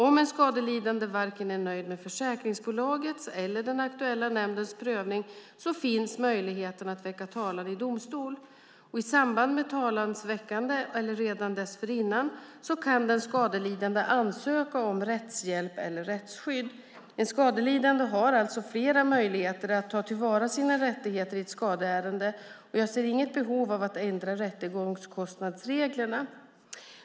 Om en skadelidande inte är nöjd med vare sig försäkringsbolagets eller den aktuella nämndens prövning finns möjligheten att väcka talan i domstol. I samband med talans väckande, eller redan dessförinnan, kan den skadelidande ansöka om rättshjälp eller rättsskydd. En skadelidande har alltså flera möjligheter att ta till vara sina rättigheter i ett skadeärende och jag ser inget behov av att ändra rättegångskostnadsreglerna.